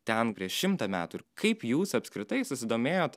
ten prieš šimtą metų ir kaip jūs apskritai susidomėjot